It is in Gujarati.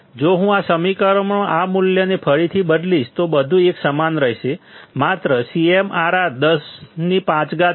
જો હું આ સમીકરણમાં આ મૂલ્યને ફરીથી બદલીશ તો બધું એક સમાન રહેશે માત્ર CMRR 105 છે